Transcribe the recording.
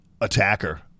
attacker